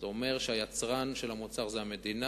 זה אומר שהיצרן של המוצר הוא המדינה,